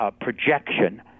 projection